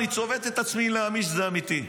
אני צובט את עצמי אם להאמין שזה אמיתי.